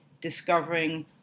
discovering